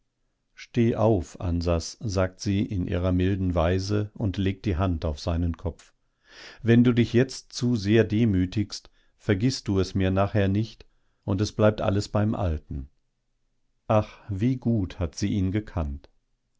steh auf ansas sagt sie in ihrer milden weise und legt die hand auf seinen kopf wenn du dich jetzt zu sehr demütigst vergißt du es mir nachher nicht und es bleibt alles beim alten ach wie gut hat sie ihn gekannt